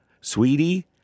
sweetie